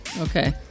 Okay